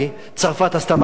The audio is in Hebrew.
צרפת עשתה מעשה,